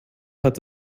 hat